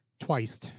twice